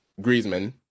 Griezmann